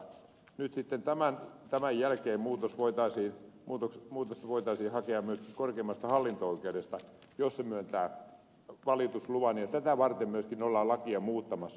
nyt sitten tämän jälkeen muutosta voitaisiin hakea myös korkeimmasta hallinto oikeudesta jos se myöntää valitusluvan ja tätä varten myöskin ollaan lakia muuttamassa